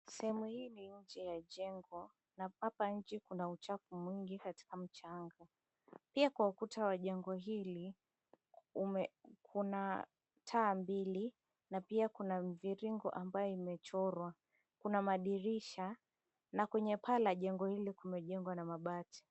Sehemu hii ni nje ya jengo na hapa nje kuna uchafu mwingi katika mchanga. Pia kwa ukuta wa jengo hili kuna taa mbili na pia kuna mviringo ambayo imechorwa. Kuna madirisha na kwenye paa la jengo hilo kumejengwa na mabati.